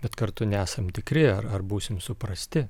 bet kartu nesam tikri ar ar būsim suprasti